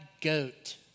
goat